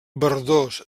verdós